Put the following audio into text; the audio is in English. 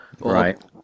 right